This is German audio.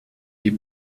die